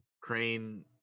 Crane